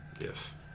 yes